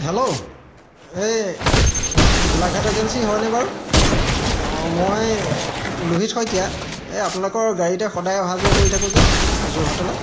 hello এই Golaghat agency হয়নে বাৰু অঁ মই লোহিত শইকীয়া এই আপোনালোকৰ গাড়ীতে সদায় অহা যোৱা কৰি থাকোঁ যে যোৰহাটলৈ